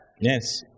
Yes